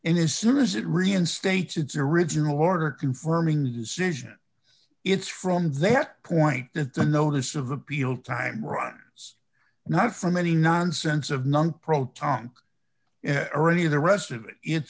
in as soon as it reinstates its original order confirming the decision it's from that point that the notice of appeal time runs not from any nonsense of non proton or any of the rest of it it's